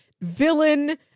villain